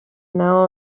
now